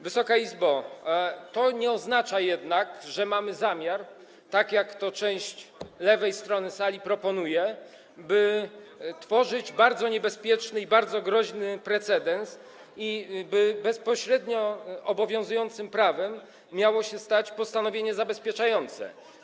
Wysoka Izbo, to nie oznacza jednak, że mamy zamiar, tak jak proponuje część lewej strony sali, tworzyć bardzo niebezpieczny i bardzo groźny precedens, by bezpośrednio obowiązującym prawem stało się postanowienie zabezpieczające.